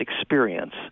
experience